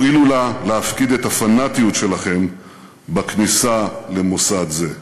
הואילו נא להפקיד את הפנטיות שלכם בכניסה למוסד זה.